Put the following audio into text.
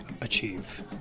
achieve